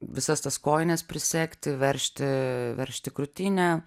visas tas kojines prisegti veržti veržti krūtinę